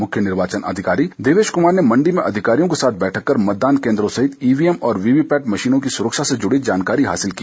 मुख्य निर्वाचन अधिकारी देवेश कुमार ने मण्डी में अधिकारियों के साथ बैठक कर मतदान केन्द्रों सहित ईवीएम और वीवी पैट मशीनों की सुरक्षा से जूड़ी जानकारी हासिल की